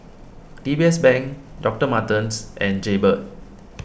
D B S Bank Doctor Martens and Jaybird